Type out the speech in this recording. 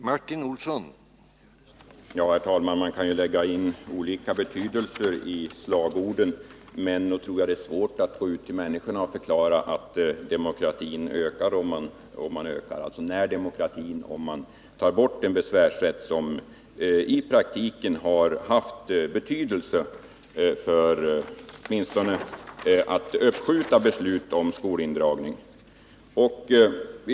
Herr talman! Man kan visserligen lägga in olika betydelser i parollerna, men jag tror att det är svårt att förklara för människorna att närdemokratin ökar, om en besvärsrätt som i praktiken åtminstone har kunnat medverka till att uppskjuta beslut om indragning avskaffas.